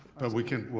we can,